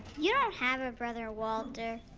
you don't have a brother walter.